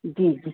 जी जी